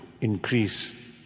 increase